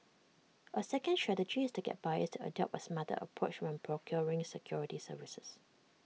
A second strategy is to get buyers to adopt A smarter approach when procuring security services